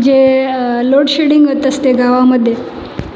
जे लोडशेडिंग होत असते गावामध्ये